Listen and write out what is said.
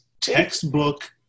textbook